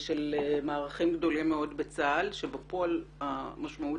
של מערכים גדולים מאוד בצה"ל שבפועל המשמעות